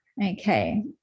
okay